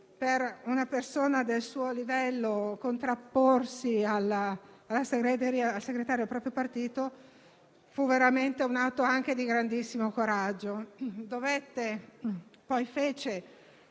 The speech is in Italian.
Per una persona del suo livello, contrapporsi al segretario del proprio partito fu veramente un atto di grandissimo coraggio. A livello di